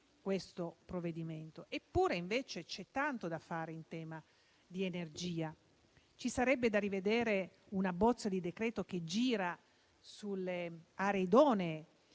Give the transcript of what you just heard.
questo provvedimento si esaurisce qui. Eppure, c'è tanto da fare in tema di energia. Ci sarebbe da rivedere una bozza di decreto che agisca sulle aree idonee.